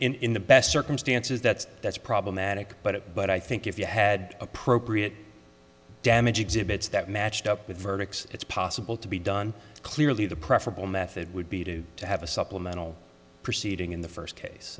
think in the best circumstances that's that's problematic but it but i think if you had appropriate damage exhibits that matched up with verdicts it's possible to be done clearly the preferable method would be to to have a supplemental proceeding in the first case